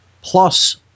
plus